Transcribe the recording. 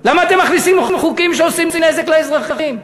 למה אתם מכניסים חוקים שעושים נזק לאזרחים?